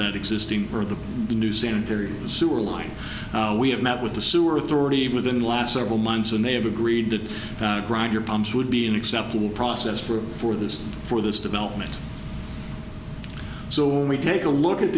the existing or the new sanitary sewer line we have met with the sewer authority within the last several months and they have agreed to grind your pumps would be an acceptable process for for this for this development so when we take a look at